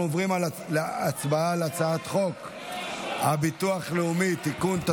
אנחנו עוברים להצבעה על הצעת חוק הביטוח הלאומי (תיקון,